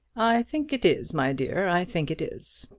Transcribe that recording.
i think it is, my dear i think it is.